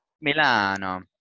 Milano